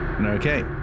Okay